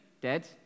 dead